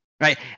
Right